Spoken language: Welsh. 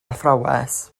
athrawes